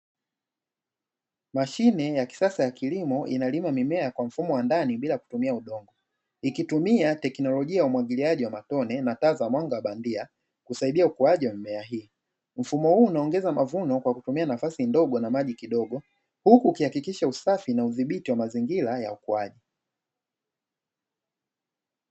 Mashine ya kisasa ya kilimo inalima mimea kwa mfumo wa ndani bila kutumia udongo, ikitumia teknolijia ya umwagiliaji wa matone na taa za mwanga bandia kusaidia ukuaji wa mimea hii. Mfumo huu unaongeza mavuno kwa kutumia nafasi kidogo na maji kidogo. Huku ukihakikisha usafi na udhibiti wa mazingira ya ukuaji.